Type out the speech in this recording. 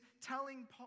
telling